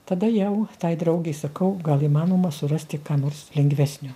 tada jau tai draugei sakau gal įmanoma surasti ką nors lengvesnio